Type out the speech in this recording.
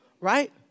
right